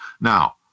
Now